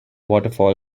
waterfall